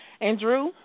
Andrew